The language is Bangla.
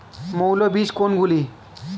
মৌল বীজ কোনগুলি?